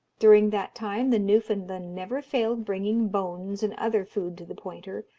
during that time the newfoundland never failed bringing bones and other food to the pointer,